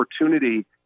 opportunity